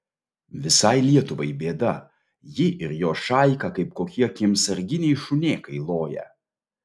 visai lietuvai bėda ji ir jos šaika kaip kokie kiemsarginiai šunėkai loja